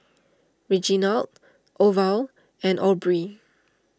Reginald Orville and Aubrie